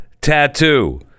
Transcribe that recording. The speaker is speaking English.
tattoo